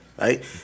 right